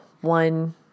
one